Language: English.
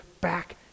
back